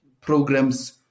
programs